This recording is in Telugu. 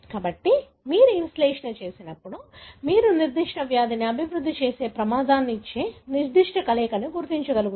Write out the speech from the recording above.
కాబట్టి మీరు ఈ విశ్లేషణ చేసినప్పుడు మీరు నిర్దిష్ట వ్యాధిని అభివృద్ధి చేసే ప్రమాదాన్ని ఇచ్చే నిర్దిష్ట కలయికను గుర్తించగలుగుతారు